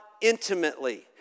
intimately